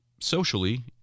socially